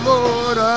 Lord